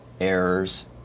errors